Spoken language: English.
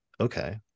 Okay